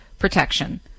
Protection